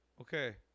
Okay